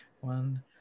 one